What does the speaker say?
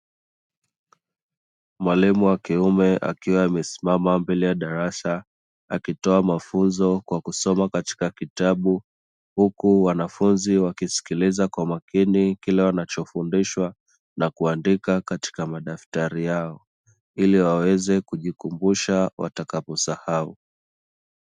Mwalimu wa kiume akiwa amesimama mbele ya darasa akitoa mafunzo kwa kusoma katika kitabu huku wanafunzi wakisikiliza kwa makini kile wanachofundishwa na kuandika katika madafutari yao ili waweze kujikumbusha watakapo sahau.